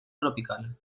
tropical